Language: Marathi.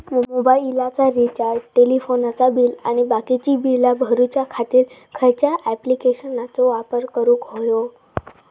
मोबाईलाचा रिचार्ज टेलिफोनाचा बिल आणि बाकीची बिला भरूच्या खातीर खयच्या ॲप्लिकेशनाचो वापर करूक होयो?